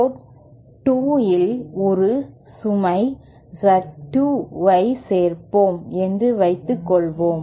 board 2 இல் ஒரு சுமை Z 2 ஐ சேர்ப்போம் என்று வைத்துக் கொள்வோம்